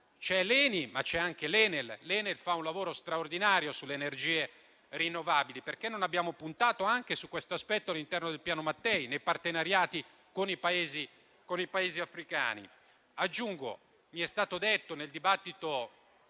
C'è l'ENI, ma c'è anche l'ENEL. L' ENEL fa un lavoro straordinario sulle energie rinnovabili. Perché non abbiamo puntato anche su questo aspetto, all'interno del Piano Mattei, nei partenariati con i Paesi africani? Mi è stato detto dal relatore,